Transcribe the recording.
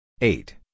eight